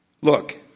look